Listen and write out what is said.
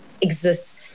exists